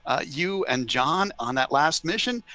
you and john, on that last mission,